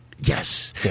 Yes